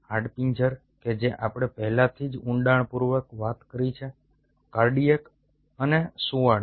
હાડપિંજર કે જે આપણે પહેલાથી જ ઊંડાણપૂર્વક વાત કરી છે કાર્ડિયાક અને સુંવાળી